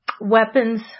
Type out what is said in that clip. weapons